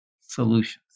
solutions